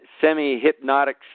semi-hypnotic